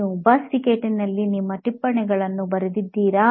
ನೀವು ಬಸ್ ಟಿಕೆಟ್ನಲ್ಲಿ ನಿಮ್ಮ ಟಿಪ್ಪಣಿಗಳನ್ನು ಬರೆದಿದ್ದೀರಾ